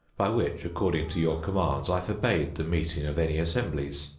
by which, according to your commands, i forbade the meeting of any assemblies.